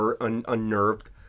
unnerved